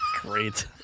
Great